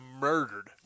murdered